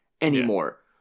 anymore